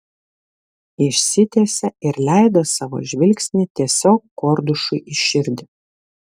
išsitiesė ir leido savo žvilgsnį tiesiog kordušui į širdį